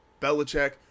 Belichick